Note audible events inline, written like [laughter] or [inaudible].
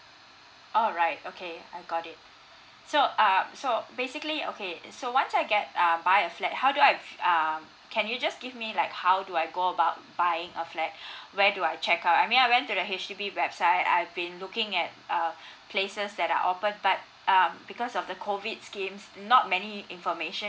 alright okay I got it so err so basically okay so once I get err buy a flat how do I f~ um can you just give me like how do I go about buying a flat [breath] where do I check out I mean I went to the H_D_B website I've been looking at uh places that are open type err because of the COVID schemes not many information